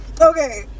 Okay